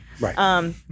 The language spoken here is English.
right